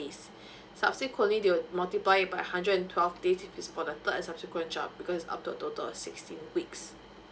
subsequently they will multiply it by hundred and twelve days if it's for the third and subsequent child because up to to a total of sixteen weeks